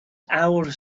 awr